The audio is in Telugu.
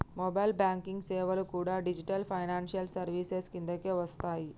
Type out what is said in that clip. మొబైల్ బ్యేంకింగ్ సేవలు కూడా డిజిటల్ ఫైనాన్షియల్ సర్వీసెస్ కిందకే వస్తయ్యి